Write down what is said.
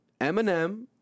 Eminem